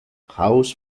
house